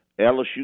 LSU